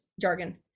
jargon